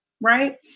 right